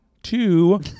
Two